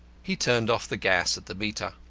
he turned off the gas at the meter.